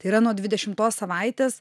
tai yra nuo dvidešimtos savaitės